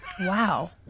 Wow